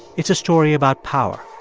it's a story about power